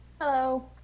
Hello